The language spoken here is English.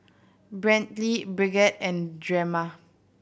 Brantley Brigette and Drema